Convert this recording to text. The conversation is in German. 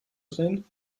drehen